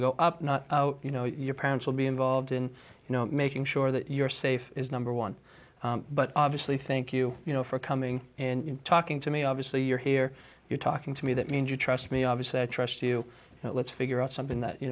to go up not you know your parents will be involved in you know making sure that you're safe is number one but obviously think you you know for coming and talking to me obviously you're here you're talking to me that means you trust me obviously i trust you let's figure out something that you